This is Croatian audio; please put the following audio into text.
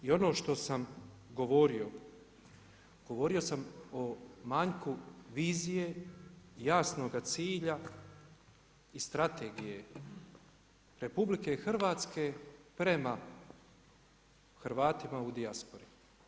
I ono što sam govorio govorio sam o manjku vizije i jasnoga cilja i strategije RH prema Hrvatima prema dijaspora.